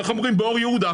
איך אומרים באור יהודה?